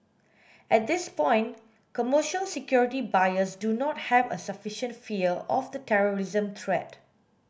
at this point commercial security buyers do not have a sufficient fear of the terrorism threat